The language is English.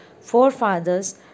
forefathers